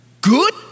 good